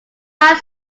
fly